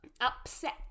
Upset